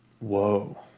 Whoa